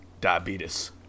diabetes